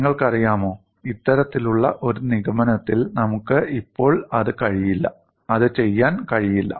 നിങ്ങൾക്കറിയാമോ ഇത്തരത്തിലുള്ള ഒരു നിഗമനത്തിൽ നമുക്ക് ഇപ്പോൾ അത് ചെയ്യാൻ കഴിയില്ല